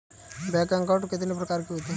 Bank account कितने प्रकार के होते हैं?